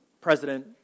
president